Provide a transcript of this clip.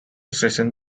station